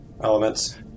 elements